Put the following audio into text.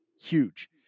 Huge